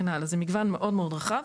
זה מגוון מאוד רחב,